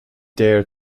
dare